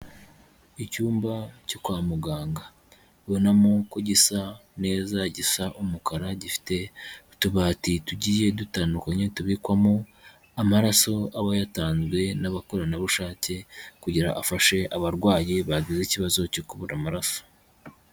Icyumba cyo kwa muganga ubona mo ko gisa neza gisa umukara gifite utubati tugiye dutandukanye tubikwamo amaraso aba yatanzwe n'abakoranabushake, kugira afashe abarwayi bagize ikibazo cyo kubura amaraso.